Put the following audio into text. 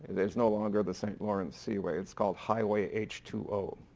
it is no longer the st. lawrence seaway, it's called highway h two o.